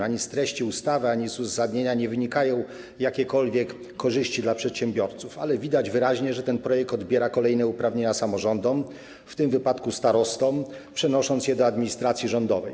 Ani z treści ustawy, ani z uzasadnienia nie wynikają jakiekolwiek korzyści dla przedsiębiorców, ale widać wyraźnie, że w tym projekcie odbiera się kolejne uprawnienia samorządom, w tym wypadku starostom, przenosząc je do administracji rządowej.